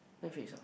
Netflix ah